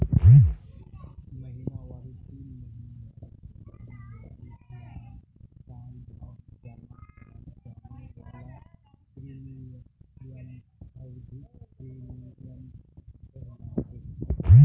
महिनावारी तीन महीनावारी छो महीनावारी सालभरत जमा कराल जाने वाला प्रीमियमक अवधिख प्रीमियम कहलाछेक